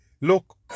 Look